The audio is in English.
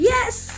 Yes